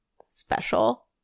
special